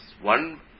one